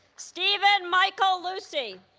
steven michael lucey